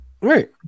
Right